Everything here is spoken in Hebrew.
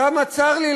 כמה צר לי,